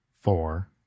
four